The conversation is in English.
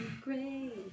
great